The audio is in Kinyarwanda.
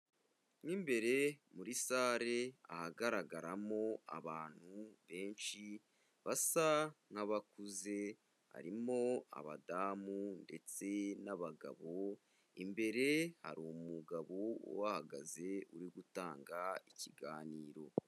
Mo imbere muri sare ahagaragaramo abantu benshi, basa nk'bakuze, harimo abadamu ndetse n'abagabo, imbere hari umugabo uhahagaze, uri gutanga ikiganiro.